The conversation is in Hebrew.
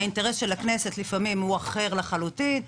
האינטרס של הכנסת לפעמים הוא אחר לחלוטין.